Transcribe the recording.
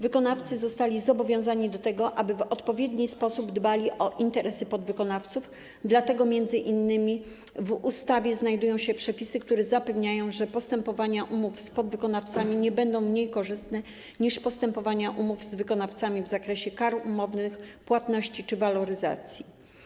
Wykonawcy zostali zobowiązani do tego, aby w odpowiedni sposób dbać o interesy podwykonawców, dlatego m.in. w ustawie znajdują się przepisy, które zapewniają, że postanowienia umów z podwykonawcami nie będą mniej korzystne niż postanowienia umów z wykonawcami w zakresie kar umownych, płatności czy waloryzacji.